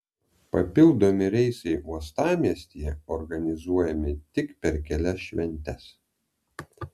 papildomi reisai uostamiestyje organizuojami tik per kelias šventes